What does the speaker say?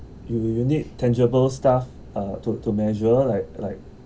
you you need tangible stuff uh to to measure like like